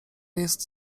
jest